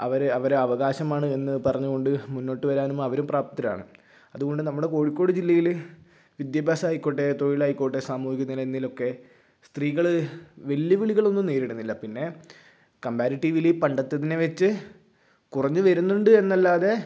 അവര് അവരെ അവകാശമാണ് എന്ന് പറഞ്ഞു കൊണ്ട് മുന്നോട്ട് വരാനും അവരും പ്രാപ്തരാണ് അതുകൊണ്ട് നമ്മുടെ കോഴിക്കോട് ജില്ലയില് വിദ്യാഭ്യാസായിക്കോട്ടെ തൊഴിലായിക്കോട്ടെ സമൂഹത്തില് എന്നിലൊക്കെ സ്ത്രീകള് വെല്ലുവിളികളൊന്നും നേരിടുന്നില്ല പിന്നെ കംപാരിറ്റിവ്ലി പണ്ടത്തെതിനെ വച്ച് കുറഞ്ഞ് വരുന്നുണ്ട് എന്നല്ലാതെ